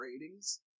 ratings